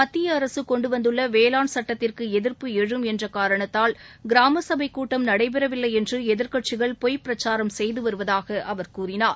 மத்தியஅரசுகொண்டுவந்துள்ளவேளான் சட்டத்திற்குஎதிர்ப்பு எழும் என்றகாரணத்தால் கிராம சபை கூட்டம் நடைபெறவில்லைஎன்றுஎதிர்கட்சிகள் பொய் பிரச்சாரம் செய்துவருவதாகஅவர் கூறினார்